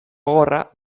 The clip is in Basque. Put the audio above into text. gogorra